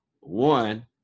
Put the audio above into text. one